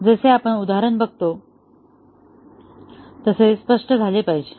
जसे आपण उदाहरण बघतो तसे स्पष्ट झाले पाहिजे